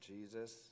Jesus